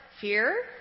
Fear